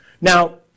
Now